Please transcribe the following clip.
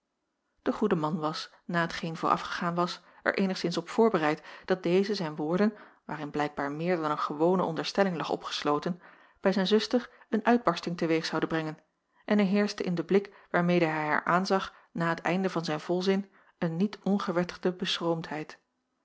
de goede man was na hetgeen voorafgegaan was er eenigszins op voorbereid dat deze zijn woorden waarin blijkbaar meer dan een gewone onderstelling lag opgesloten bij zijn zuster een uitbarsting te-weeg zouden brengen en er heerschte in den blik waarmede hij haar aanzag na t einde van zijn volzin een niet ongewettigde